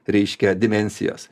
reiškia dimensijos